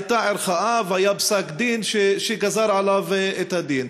הייתה ערכאה והיה פסק-דין שגזר עליו את הדין?